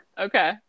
okay